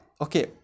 Okay